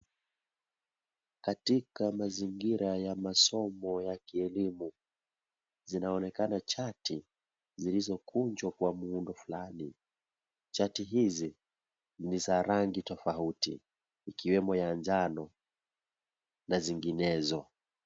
Katika mazingira ya masomo ya kielimu. Zinaonekana chati zilizokunjwa kwa muundo fulani. Chati hizi ni za rangi tofauti. Ikiwemo ya njano na zinginezo.